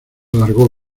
alargó